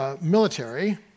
military